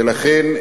ולכן,